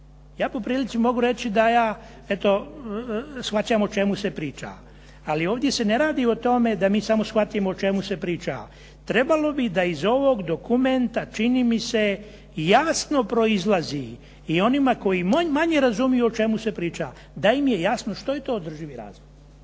Ja po prilici mogu reći da ja eto, shvaćam o čemu se priča, ali ovdje se ne radi o tome da mi samo shvatimo o čemu se priča. Trebalo bi da iz ovog dokumenta čini mi se jasno proizlazi i onima koji manje razumiju o čemu se priča, da im je jasno što je to održivi razvoj.